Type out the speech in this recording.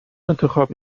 انتخاب